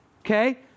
Okay